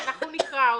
אנחנו נקרא אותה,